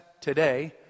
today